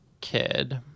kid